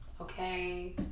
okay